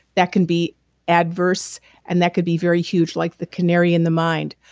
that can be adverse and that could be very huge like the canary in the mind.